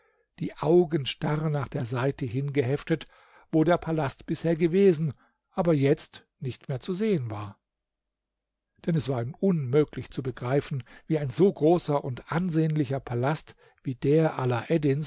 die augen starr nach der seite hin geheftet wo der palast bisher gewesen aber jetzt nicht mehr zu sehen war denn es war ihm unmöglich zu begreifen wie ein so großer und ansehnlicher palast wie der